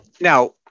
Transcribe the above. Now